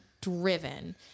driven